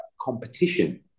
competition